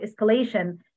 escalation